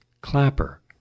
Clapper